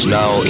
now